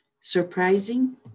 Surprising